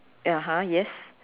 (uh huh) yes